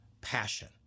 passion